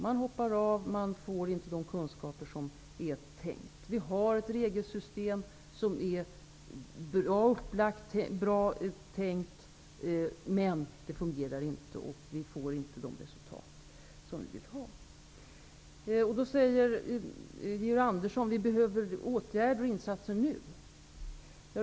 Man hoppar av, man får inte de kunskaper som det är tänkt. Vi har ett regelsystem som är bra upplagt och bra tänkt men som inte fungerar. Vi får inte de resultat som vi vill ha. Georg Andersson säger att vi behöver åtgärder och insatser nu.